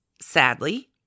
Sadly